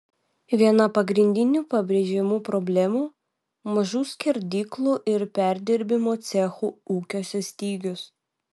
viena pagrindinių pabrėžiamų problemų mažų skerdyklų ir perdirbimo cechų ūkiuose stygius